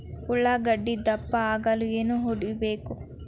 ಉಳ್ಳಾಗಡ್ಡೆ ದಪ್ಪ ಆಗಲು ಏನು ಹೊಡಿಬೇಕು?